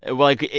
like,